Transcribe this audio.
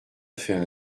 fait